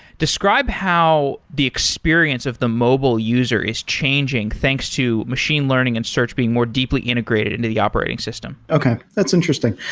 describe how the experience of the mobile user is changing, thanks to machine learning and search being more deeply integrated into the operating system okay, that's interesting.